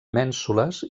mènsules